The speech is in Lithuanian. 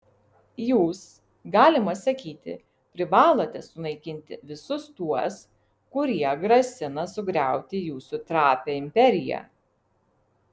jūs galima sakyti privalote sunaikinti visus tuos kurie grasina sugriauti jūsų trapią imperiją